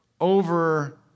over